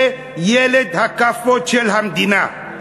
זה ילד הכאפות של המדינה,